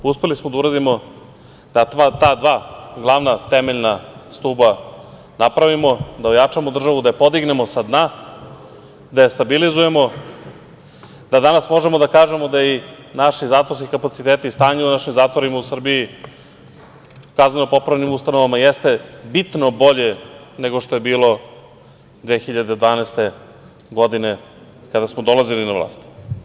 Uspeli smo da uradimo da ta dva glavna temeljna stuba napravimo, da ojačamo državu, da je podignemo sa dna, da je stabilizujemo, da danas možemo da kažemo da i naši zatvorski kapaciteti, stanje u našim zatvorima u Srbiji, u kazneno-popravnim ustanovama jeste bitno bolje nego što je bilo 2012. godine, kada smo dolazili na vlast.